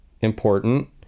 important